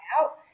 out